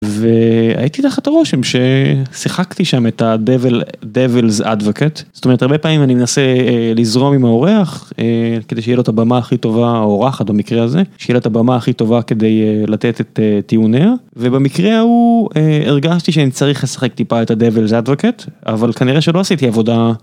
והייתי תחת הרושם ששיחקתי שם את ה DEVIL ADVOCATE זאת אומרת הרבה פעמים אני מנסה לזרום עם האורח כדי שיהיה לו את הבמה הכי טובה או אורחת במקרה הזה שיהיה לו את הבמה הכי טובה כדי לתת את טיעוניה. ובמקרה ההוא הרגשתי שאני צריך לשחק טיפה את ה DEVIL ADVOCATE אבל כנראה שלא עשיתי עבודה.